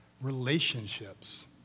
relationships